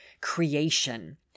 creation